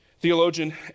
Theologian